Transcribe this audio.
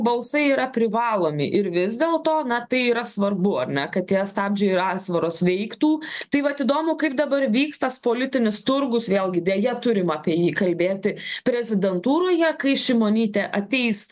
balsai yra privalomi ir vis dėlto na tai yra svarbu ar ne kad tie stabdžiai ir atsvaras veiktų tai vat įdomu kaip dabar vyks tas politinis turgus vėlgi deja turim apie jį kalbėti prezidentūroje kai šimonytė ateis